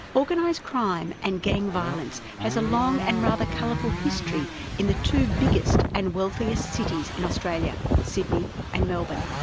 organised crime and gang violence has a long and rather colourful history in the two biggest and wealthiest cities in australia, sydney and melbourne.